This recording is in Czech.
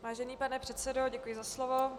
Vážený pane předsedo, děkuji za slovo.